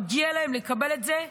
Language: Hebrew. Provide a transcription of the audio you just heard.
מגיע להם לקבל את זה,